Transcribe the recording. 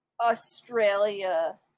Australia